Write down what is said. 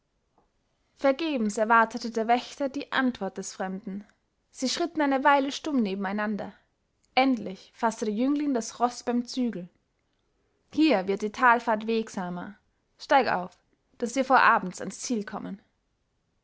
vergebens erwartete der wächter die antwort des fremden sie schritten eine weile stumm nebeneinander endlich faßte der jüngling das roß beim zügel hier wird die talfahrt wegsamer steig auf daß wir vor abends ans ziel kommen